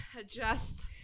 adjust